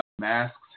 Masks